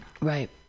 right